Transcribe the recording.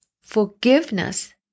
Forgiveness